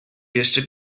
jeszcze